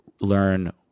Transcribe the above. learn